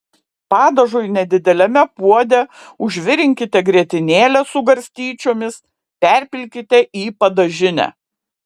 padažui nedideliame puode užvirinkite grietinėlę su garstyčiomis perpilkite į padažinę